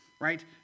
right